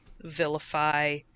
vilify